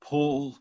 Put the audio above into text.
Paul